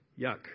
Yuck